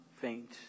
faint